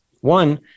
One